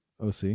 OC